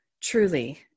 truly